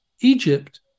Egypt